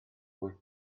wyth